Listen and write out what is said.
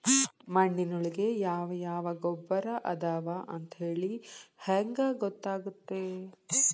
ಮಣ್ಣಿನೊಳಗೆ ಯಾವ ಯಾವ ಗೊಬ್ಬರ ಅದಾವ ಅಂತೇಳಿ ಹೆಂಗ್ ಗೊತ್ತಾಗುತ್ತೆ?